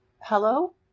Hello